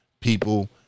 people